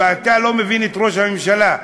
ואתה לא מבין את ראש הממשלה,